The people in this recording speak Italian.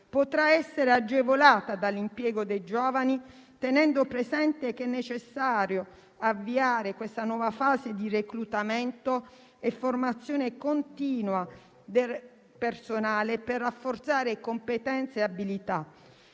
potrà essere agevolata dall'impiego dei giovani, tenendo presente che è necessario avviare questa nuova fase di reclutamento e formazione continua del personale per rafforzare competenze e abilità.